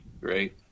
great